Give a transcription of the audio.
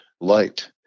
light